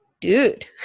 dude